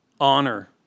Honor